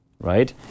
right